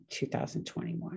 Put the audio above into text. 2021